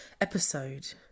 episode